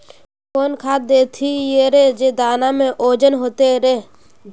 कौन खाद देथियेरे जे दाना में ओजन होते रेह?